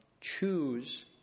choose